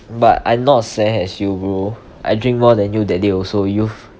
but I not seh as you bro I drink more than you that day also you